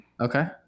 Okay